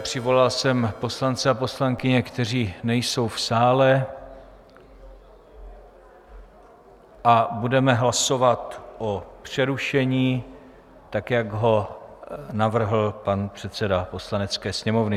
Přivolal jsem poslance a poslankyně, kteří nejsou v sále a budeme hlasovat o přerušení, tak jak ho navrhl pan předseda Poslanecké sněmovny.